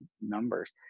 numbers